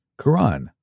Quran